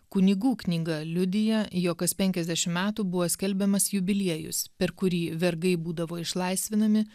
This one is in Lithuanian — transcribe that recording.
kunigų knyga liudija jog kas penkiasdešim metų buvo skelbiamas jubiliejus per kurį vergai būdavo išlaisvinami